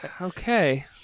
Okay